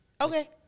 Okay